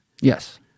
Yes